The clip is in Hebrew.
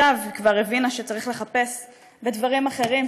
עכשיו היא כבר הבינה שצריך לחפש בדברים אחרים,